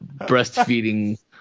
breastfeeding